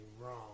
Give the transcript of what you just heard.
wrong